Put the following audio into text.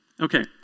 Okay